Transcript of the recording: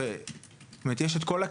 יכולת הפיקוח של המשרד תהיה פחותה.